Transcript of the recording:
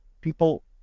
people